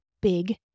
big